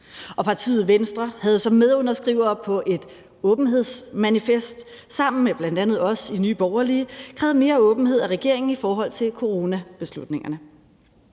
partiet Venstre havde som medunderskrivere på et åbenhedsmanifest sammen med bl.a. os i Nye Borgerlige krævet mere åbenhed af regeringen i forhold til coronabeslutningerne.